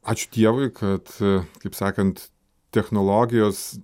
ačiū dievui kad kaip sakant technologijos